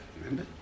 remember